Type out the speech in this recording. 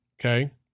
okay